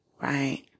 Right